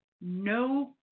no